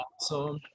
awesome